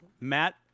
Matt